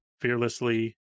fearlessly